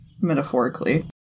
Metaphorically